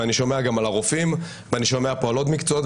אני שומע גם על הרופאים ואני שומע פה על עוד מקצועות.